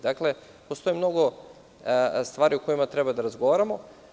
Dakle, postoji mnogo stvari o kojima treba da razgovaramo.